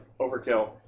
Overkill